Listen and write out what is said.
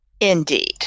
Indeed